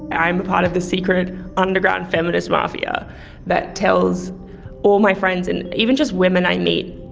i'm a part of the secret underground feminist mafia that tells all my friends, and even just women i meet,